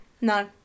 No